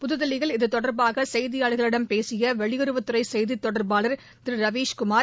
புதுதில்லியில் இது தொடர்பாக செய்தியாளர்களிடம் பேசிய வெளியுறவுத்துறை செய்தித் தொடர்பாளர் திரு ரவீஸ் குமார்